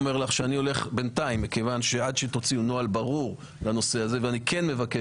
עד שתוציאו נוהל ברור לנושא הזה ואני כן מבקש